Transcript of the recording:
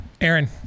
Aaron